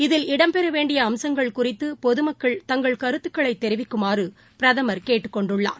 இதில் இடம்பெற வேண்டிய அம்சுங்கள் குறித்த பொதுமக்கள் தங்கள் கருத்துகளை தெரிவிக்குமாறு பிரதமர் கேட்டுக் கொண்டுள்ளார்